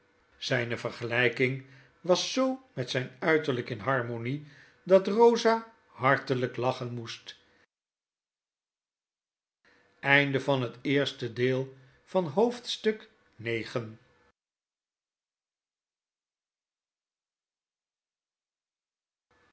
zijne vergelijking was zoo met zijn uiterlijk in harmonie dat rosa hartelijk lachen moest